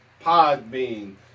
Podbean